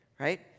Right